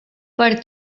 per